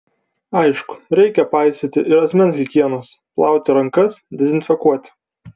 aišku reikia paisyti ir asmens higienos plauti rankas dezinfekuoti